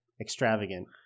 extravagant